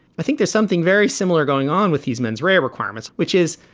i think there's something very similar going on with these mens rea of requirements, which is